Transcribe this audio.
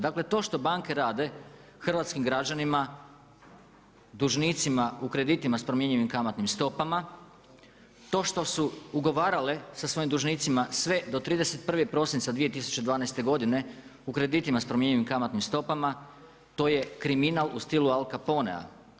Dakle, to što banke rade hrvatskim građanima, dužnicima u kreditima sa promjenjivim kamatnim stopama, to što su ugovarale sa svojim dužnicima sve do 31. prosinca 2012. godine u kreditima sa promjenjivim kamatnim stopama, to je kriminal u stilu Al Caponea.